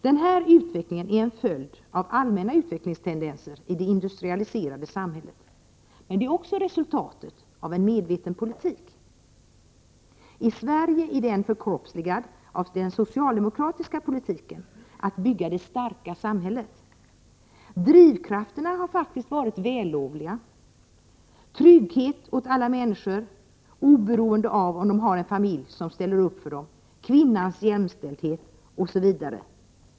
Den utvecklingen är en följd av allmänna utvecklingstendenser i det industrialiserade samhället, men den är också resultatet av en medveten politik. I Sverige är den förkroppsligad av den socialdemokratiska politiken att bygga det starka samhället. Drivkrafterna har faktiskt varit vällovliga: trygghet åt alla människor, oberoende av om de har en familj som ställer upp för dem, kvinnans jämställdhet, osv.